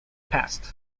past